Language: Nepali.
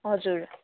हजुर